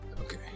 Okay